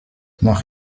nach